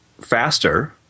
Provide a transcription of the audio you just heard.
faster